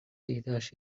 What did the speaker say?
ایدهاش